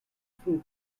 fruit